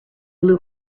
blew